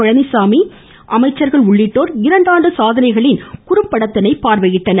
பழனிச்சாமி அமைச்சர்கள் உள்ளிட்டோர் இரண்டாண்டு சாதனைகளின் குறும்படத்தினை பார்வையிட்டனர்